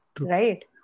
right